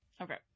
Okay